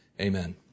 Amen